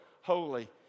holy